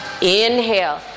Inhale